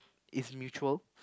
is mutual